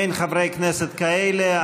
אין חברי כנסת כאלה.